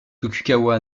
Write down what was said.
tokugawa